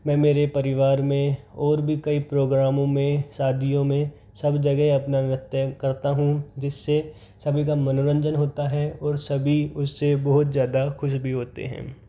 मैं मेरे परिवार में और भी कई प्रोग्रामों में शादीयों में सब जगह अपना नृत्य करता हूँ जिससे सभी का मनोरंजन होता है सभी उससे बहुत ज़्यादा खुश भी होते हैं